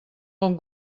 bon